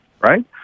right